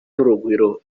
n’urugwiro